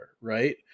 Right